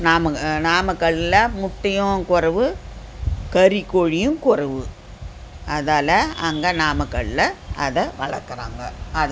நாமக்கல்லில் முட்டையும் கொறைவு கறிக்கோழியும் கொறைவு அதால் அங்கே நாமக்கல்லில் அதை வளர்க்குறாங்க அ